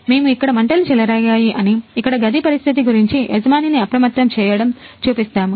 మేము ఇక్కడ మంటలు చెలరేగాయి అని ఇక్కడి గది పరిస్థితి గురించి యజమానిని అప్రమత్తం చేయడం చూపిస్తాము